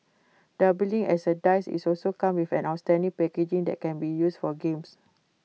doubling as A dice IT also come with an outstanding packaging that can be used for games